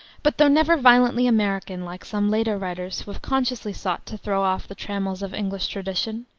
but though never violently american, like some later writers who have consciously sought to throw off the trammels of english tradition,